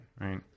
right